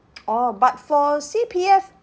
orh but for C_P_F